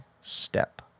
step